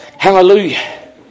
Hallelujah